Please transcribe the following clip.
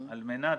על מנת